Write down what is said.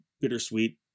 bittersweet